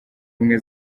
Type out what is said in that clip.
ubumwe